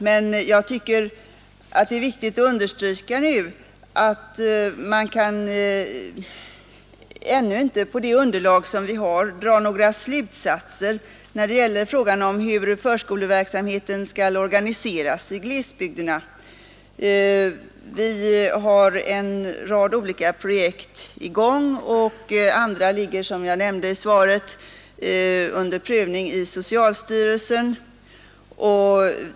Men man kan ännu inte på det underlag vi har dra några slutsatser om hur förskoleverksamheten skall organiseras i glesbygderna. Vi har en rad olika projekt i gång, och andra är, som jag nämnde i svaret, under prövning i socialstyrelsen.